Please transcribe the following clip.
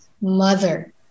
mother